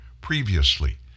previously